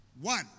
One